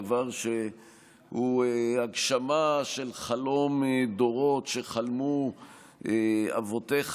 דבר שהוא הגשמה של חלום דורות שחלמו אבותיך